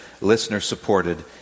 listener-supported